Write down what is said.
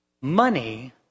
money